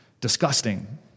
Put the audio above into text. Disgusting